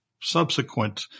subsequent